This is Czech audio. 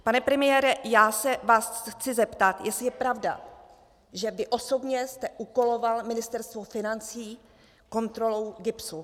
Pane premiére, já se vás chci zeptat, jestli je pravda, že vy osobně jste úkoloval Ministerstvo financí kontrolou GIBS.